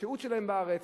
השהות שלהם בארץ,